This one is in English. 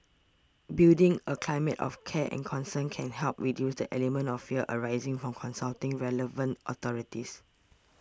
building a climate of care and concern can help reduce the element of fear arising from consulting relevant authorities